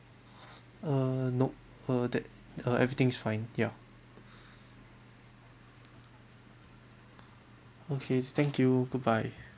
err nope uh that uh everything's fine ya okay thank you goodbye